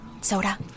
Soda